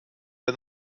der